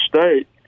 State